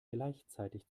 gleichzeitig